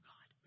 God